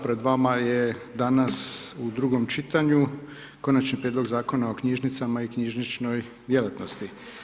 Pred vama je danas u drugom čitanju Konačnije prijedlog Zakona o knjižnicama i knjižničnoj djelatnosti.